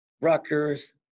Rutgers